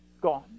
Gone